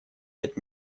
пять